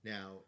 Now